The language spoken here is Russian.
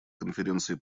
конференции